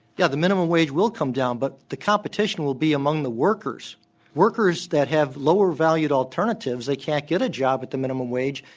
yeah, the minimum wage will come down. but the competition will be among the workers. the workers that have lower valued alternatives, they can't get a job at the minimum wage,